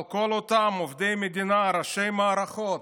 אבל כל אותם עובדי מדינה, ראשי מערכות,